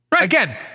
again